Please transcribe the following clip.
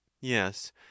Yes